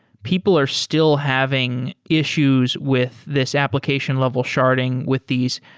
people are still having issues with this application level sharding with these,